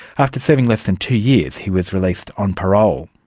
after serving less than two years he was released on parole.